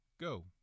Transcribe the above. Go